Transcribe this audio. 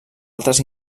altres